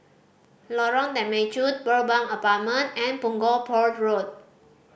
Lorong Temechut Pearl Bank Apartment and Punggol Port Road